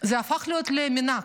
זה הפך להיות למנהג: